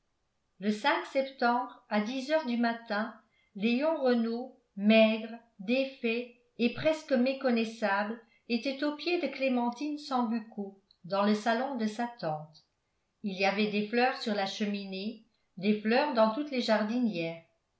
le septembre à dix heures du matin léon renault maigre défait et presque méconnaissable était aux pieds de clémentine sambucco dans le salon de sa tante il y avait des fleurs sur la cheminée des fleurs dans toutes les jardinières